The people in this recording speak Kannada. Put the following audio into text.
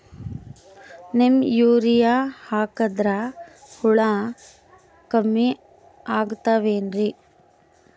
ನೀಮ್ ಯೂರಿಯ ಹಾಕದ್ರ ಹುಳ ಕಮ್ಮಿ ಆಗತಾವೇನರಿ?